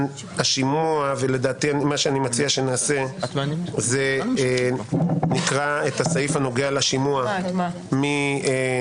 השימוע ואני מציע שנקרא את הסעיף הנוגע לשימוע מתוך